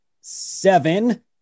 seven